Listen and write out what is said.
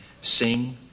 sing